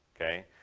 Okay